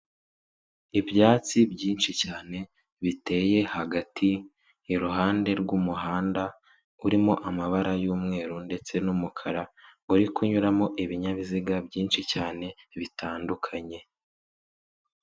Ibyatsi byinshi cyane, biteye hagati iruhande rw'umuhanda, urimo amabara y'umweru ndetse n'umukara, uri kunyuramo ibinyabiziga byinshi cyane bitandukanye.